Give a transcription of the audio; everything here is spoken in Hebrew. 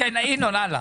ינון, הלאה.